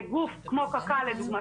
לגוף כמו קק"ל לדוגמה,